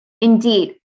Indeed